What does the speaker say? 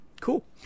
cool